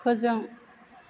फोजों